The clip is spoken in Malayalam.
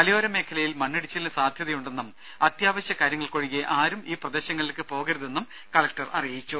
മലയോര മേഖലയിൽ മണ്ണിടിച്ചിലിന് സാധ്യതയുണ്ടെന്നും അത്യാവശ്യ കാര്യങ്ങൾക്കൊഴികെ ആരും ഈ പ്രദേശങ്ങളിലേക്ക് പോകരുതെന്നും കലക്ടർ അറിയിച്ചു